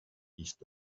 east